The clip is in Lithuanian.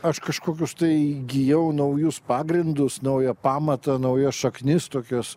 aš kažkokius tai įgijau naujus pagrindus naują pamatą naujas šaknis tokias